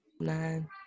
nine